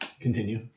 Continue